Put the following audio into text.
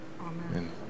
Amen